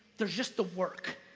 there's just the work.